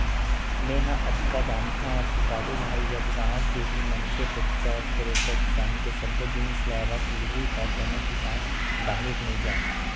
मेंहा अतका जानथव सुकालू भाई जब गाँव के ही मनखे टेक्टर, थेरेसर किसानी के सब्बो जिनिस ल रख लिही त कोनो किसान बाहिर नइ जाय